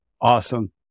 Awesome